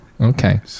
Okay